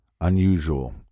unusual